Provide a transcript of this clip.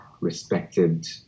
respected